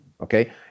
Okay